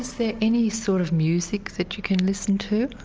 is there any sort of music that you can listen to?